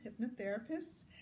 Hypnotherapists